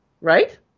right